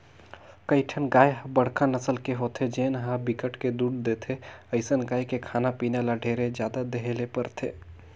कइठन गाय ह बड़का नसल के होथे जेन ह बिकट के दूद देथे, अइसन गाय के खाना पीना ल ढेरे जादा देहे ले परथे